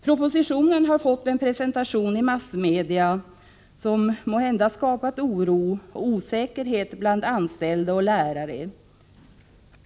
Propositionen har fått en presentation i massmedia som måhända skapat oro och osäkerhet bland anställda och lärare.